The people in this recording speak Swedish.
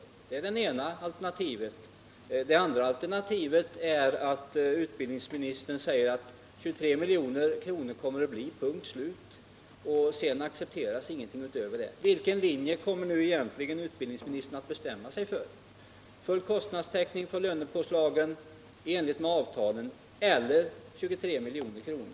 Det är det ena alternativet. Det andra alternativet är att utbildningsministern säger att 23 miljoner kommer det att bli, punkt och slut, och sedan accepteras ingenting utöver det. Vilken linje kommer egentligen utbildningsministern att bestämma sig för — full kostnadstäckning på lönepåslagen i enlighet med avtalen eller 23 milj.kr.?